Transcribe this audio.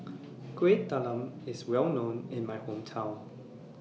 Kueh Talam IS Well known in My Hometown